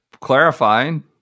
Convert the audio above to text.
clarifying